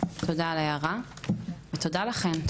תודה על ההערה ותודה לכן,